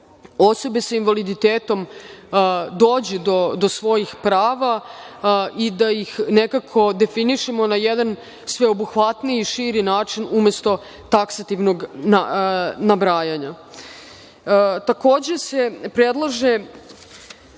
da osobe sa invaliditetom dođu do svojih prava i da ih nekako definišemo na jedan sveobuhvatniji i širi način umesto taksativnog nabrajanja. Takođe se predlaže